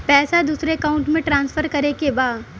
पैसा दूसरे अकाउंट में ट्रांसफर करें के बा?